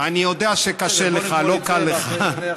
אני יודע שקשה לך, לא קל לך.